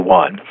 one